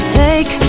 take